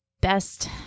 best